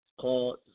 called